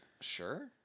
Sure